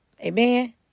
Amen